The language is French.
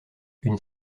une